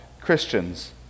Christians